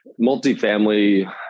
multifamily